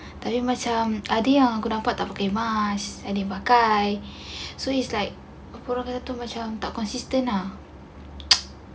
tak yang macam ada yang aku nampak tak pakai mask ada yang pakai so it's like aku rasa orang tu macam tak consistent lah